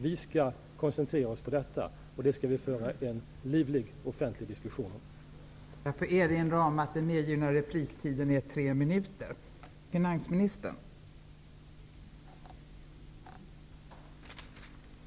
Vi skall koncentrera oss på detta och föra en livlig offentlig diskussion om det.